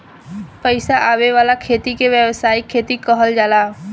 पईसा आवे वाला खेती के व्यावसायिक खेती कहल जाला